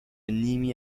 نیمی